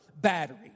battery